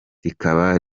rikaba